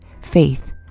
Faith